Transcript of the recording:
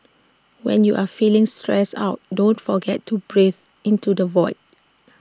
when you are feeling stressed out don't forget to breathe into the void